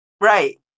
Right